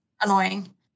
annoying